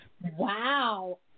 Wow